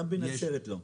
גם בנצרת לא.